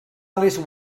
alice